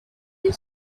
you